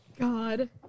God